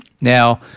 Now